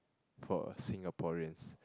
for a Singaporeans